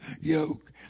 yoke